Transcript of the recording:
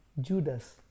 Judas